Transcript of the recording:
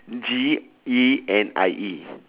G E N I E